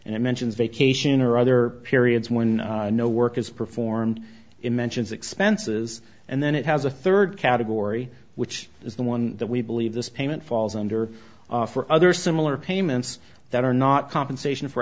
and it mentions vacation or other periods when no work is performed it mentions expenses and then it has a third category which is the one that we believe this payment falls under for other similar payments that are not compensation for